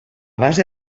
base